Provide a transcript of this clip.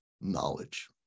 knowledge